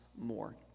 more